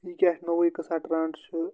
یہِ کیٛاہ چھُ نوٚوٕے قٕصہ ٹرٛنٛڈ چھُ